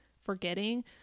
forgetting